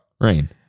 rain